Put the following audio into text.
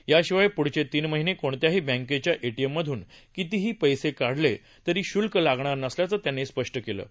याशिवाय प्ढचे तीन महिने कोणत्याही बँकेच्या एटीएममधून कितीही पैसे काढले तरी श्ल्क लागणार नसल्याचं त्यांनी स्पष्ट केलं आहे